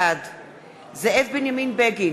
בעד זאב בנימין בגין,